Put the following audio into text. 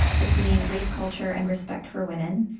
between rape culture and respect for women?